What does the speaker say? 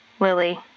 Lily